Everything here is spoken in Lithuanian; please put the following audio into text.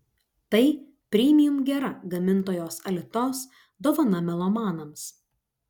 tai premium gera gamintojos alitos dovana melomanams